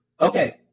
Okay